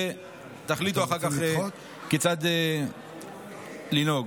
ותחליטו אחר כך כיצד לנהוג.